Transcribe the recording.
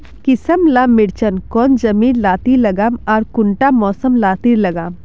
किसम ला मिर्चन कौन जमीन लात्तिर लगाम आर कुंटा मौसम लात्तिर लगाम?